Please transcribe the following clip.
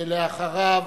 אחריו,